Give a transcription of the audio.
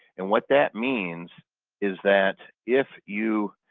and what that means is that if you,